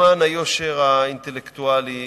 למען היושר האינטלקטואלי,